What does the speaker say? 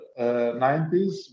90s